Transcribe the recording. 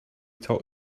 talk